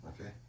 Okay